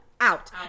Out